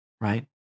right